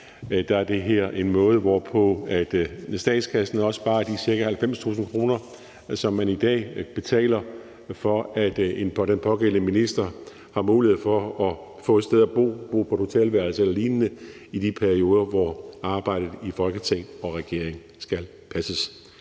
er det her en måde, hvorpå statskassen sparer de ca. 90.000 kr., som man i dag betaler, for at den pågældende minister har mulighed for at få et sted at bo, på et hotelværelse eller lignende, i de perioder, hvor arbejdet i Folketing og regering skal passes.